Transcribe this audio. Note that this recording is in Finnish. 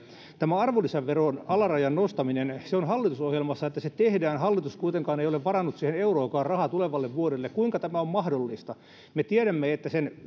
tämä arvonlisäveron alarajan nostaminen on hallitusohjelmassa että se tehdään hallitus kuitenkaan ei ole varannut siihen euroakaan rahaa tulevalle vuodelle kuinka tämä on mahdollista me tiedämme että sen